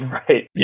right